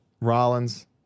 Rollins